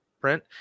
print